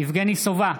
יבגני סובה,